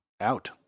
Out